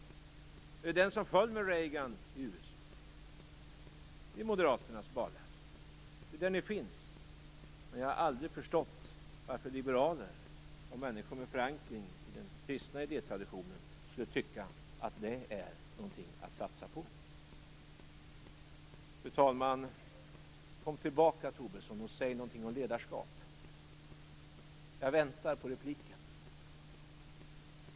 Det var den som föll med Reagan i USA. Det är Moderaternas barlast. Det är där ni finns. Men jag har aldrig förstått varför liberaler och människor med förankring i den kristna idétraditionen skulle tycka att det är någonting att satsa på. Fru talman! Kom tillbaka, Tobisson, och säg någonting om ledarskap! Jag väntar på repliken.